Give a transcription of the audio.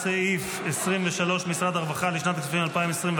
סעיף 23, משרד הרווחה, לשנת הכספים 2024,